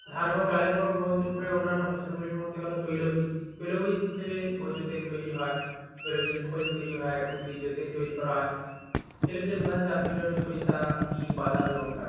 ধান এবং ডালের পর পূর্ব মেদিনীপুরের অন্যান্য ফসলগুলির মধ্যে হলো তৈল বীজ তৈল বীজ থেকে ভোজ্য তেল তৈরি হয় তৈল বীজের খৈল তৈরি হয় উদ্ভিজ্জ তেল তৈরি করা হয় তেল বীজের প্রধান জাতগুলি হলো সরিষা তিল বাদাম এবং কাজু